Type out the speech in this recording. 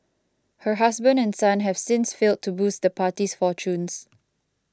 her husband and son have since failed to boost the party's fortunes